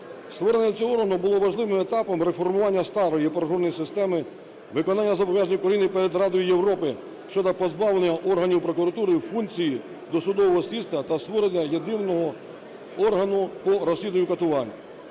Створення цього органу було важливим етапом реформування старої правоохоронної системи, виконання зобов'язань перед Радою Європи щодо позбавлення органів прокуратури функцій досудового слідства та створення єдиного органу по розслідуванню